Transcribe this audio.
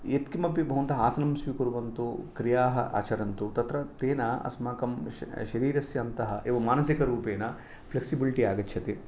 यत् किमपि भवन्तम् आसनं स्वीकुर्वन्तु क्रीयाः आचरन्तु तत्र तेन अस्माकं शरीरस्य अन्तः एवं मानसिकरूपेण फ्लेक्सिब्लिटी आगच्छति